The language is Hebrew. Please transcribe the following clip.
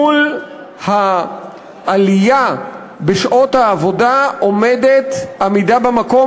מול העלייה בשעות העבודה עומדת עמידה במקום,